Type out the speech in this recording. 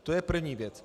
To je první věc.